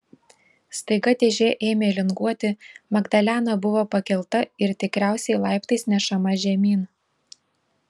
staiga dėžė ėmė linguoti magdalena buvo pakelta ir tikriausiai laiptais nešama žemyn